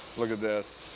look at that.